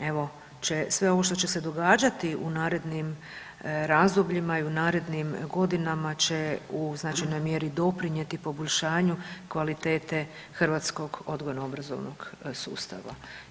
evo će sve ovo što će se događati u narednim razdobljima i u narednim godinama će u značajnoj mjeri doprinijeti poboljšanju kvalitete hrvatskog odgojno obrazovnog sustava.